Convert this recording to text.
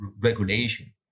regulation